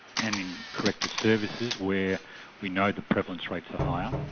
and in corrective services where we know the prevalence rates are higher.